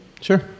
Sure